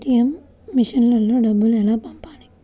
ATM మెషిన్లో డబ్బులు ఎలా పంపాలి?